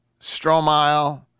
Stromile